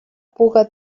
puga